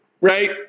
right